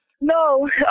No